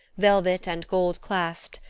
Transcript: velvet and gold-clasped,